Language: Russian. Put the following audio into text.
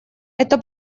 это